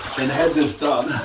and had this done